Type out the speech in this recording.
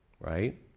right